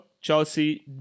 Chelsea